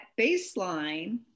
baseline